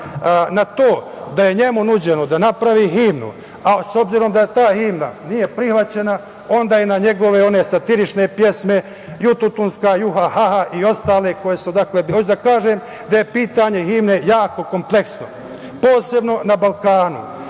na to da je njemu nuđeno da napravi himnu, a s obzirom da ta himna nije prihvaćena, onda je na njegove satirične pesme "Jututunska juhahaha" i ostale… hoću da kažem da je pitanje himne jako kompleksno, posebno na Balkanu,